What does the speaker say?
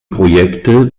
projekte